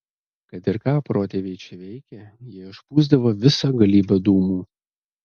kad ir ką protėviai čia veikė jie išpūsdavo visą galybę dūmų